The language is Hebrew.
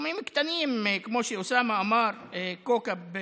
סכומים קטנים, כמו שאוסאמה אמר: כאוכב,